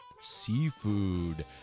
seafood